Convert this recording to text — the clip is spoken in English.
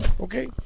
okay